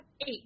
eight